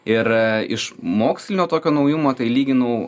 ir iš mokslinio tokio naujumo tai lyginau